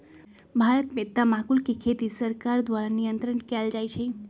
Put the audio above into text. भारत में तमाकुल के खेती सरकार द्वारा नियन्त्रण कएल जाइ छइ